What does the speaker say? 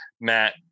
Matt